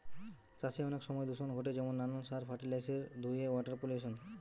চাষে অনেক সময় দূষণ ঘটে যেমন নানান সার, ফার্টিলিসের ধুয়ে ওয়াটার পলিউশন